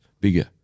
bigger